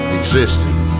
existing